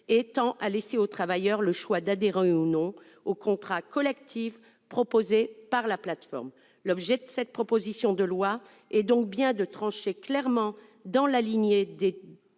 et tend à laisser aux travailleurs le choix d'adhérer ou non au contrat collectif proposé par la plateforme. L'objet de cette proposition de loi est donc bien de trancher clairement, dans la lignée des